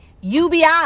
UBI